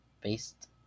based